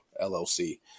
LLC